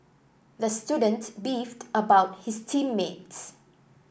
the student beefed about his team mates